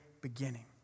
beginning